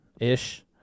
ish